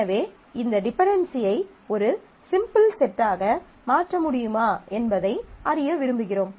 எனவே இந்த டிபென்டென்சியை ஒரு சிம்பிள் செட்டாக மாற்ற முடியுமா என்பதை அறிய விரும்புகிறோம்